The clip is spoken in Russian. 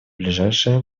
ближайшее